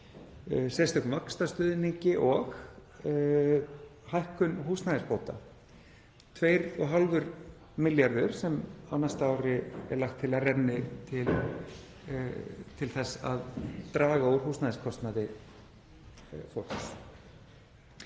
sérstökum vaxtastuðningi og hækkun húsnæðisbóta; 2,5 milljarðar sem á næsta ári er lagt til að renni til þess að draga úr húsnæðiskostnaði fólks.